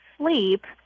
sleep